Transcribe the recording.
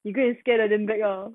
you go and scare I didn't back ah